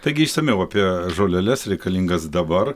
taigi išsamiau apie žoleles reikalingas dabar